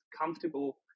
comfortable